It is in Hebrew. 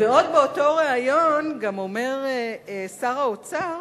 ועוד באותו ריאיון גם אומר שר האוצר,